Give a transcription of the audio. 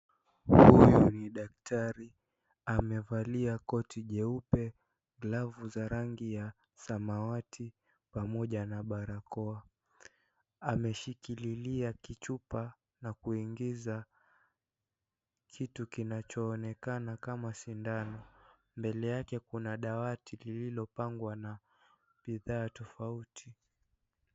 Huyu ni daktari amevalia koti jeupe glafu za rangi ya samawati pamoja na barakoa ,ameshikililia kichupa na kiingiza kiu kinachoonekana kama sindano mbele yake kuna dawadi lililopangwa na bidhaa tofauti.